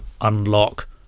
unlock